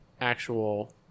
actual